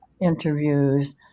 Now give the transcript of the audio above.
interviews